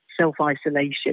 self-isolation